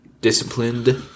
Disciplined